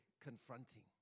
confronting